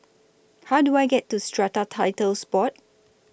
How Do I get to Strata Titles Board